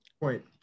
point